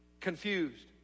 confused